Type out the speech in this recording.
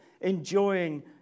enjoying